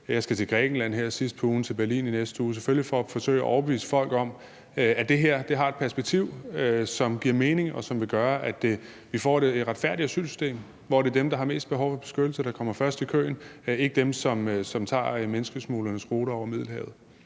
Jeg skal til Grækenland her sidst på ugen og til Berlin i næste uge, selvfølgelig for at forsøge at overbevise folk om, at det her har et perspektiv, som giver mening, og som vil gøre, at vi får et retfærdigere asylsystem, hvor det er dem, der har mest behov for beskyttelse, der kommer først i køen, og ikke dem, som tager menneskesmuglernes ruter over Middelhavet.